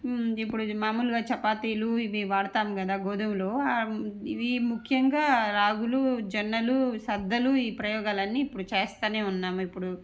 ఇప్పుడు మామూలుగా చపాతీలు ఇవి వాడుతాం కదా గోధుమలు ఇవి ముఖ్యంగా రాగులు జొన్నలు సద్దలు ఈ ప్రయోగాలన్నీ ఇప్పుడు చేస్తా ఉన్నాము ఇప్పుడు